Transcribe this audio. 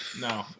no